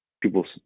People